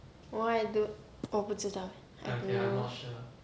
oh I do~ 我不知道